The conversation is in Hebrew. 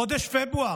בחודש פברואר.